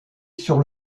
sur